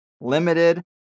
limited